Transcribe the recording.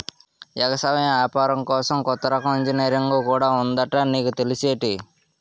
ఎగసాయం ఏపారం కోసం కొత్త రకం ఇంజనీరుంగు కూడా ఉందట నీకు తెల్సేటి?